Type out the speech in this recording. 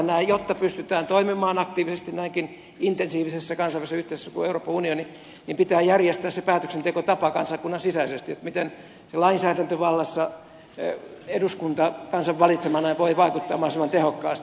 jotta pystytään toimimaan aktiivisesti näinkin intensiivisessä kansainvälisessä yhteisössä kuin euroopan unioni niin pitää järjestää kansakunnan sisäisesti se päätöksentekotapa miten lainsäädäntövallassa eduskunta kansan valitsemana voi vaikuttaa mahdollisimman tehokkaasti